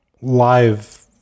live